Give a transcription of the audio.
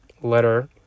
letter